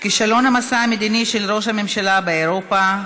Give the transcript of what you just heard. כישלון המסע המדיני של ראש הממשלה באירופה,